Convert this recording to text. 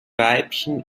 weibchen